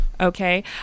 okay